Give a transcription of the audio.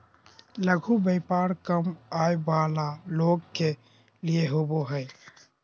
लघु व्यापार कम आय वला लोग के लिए होबो हइ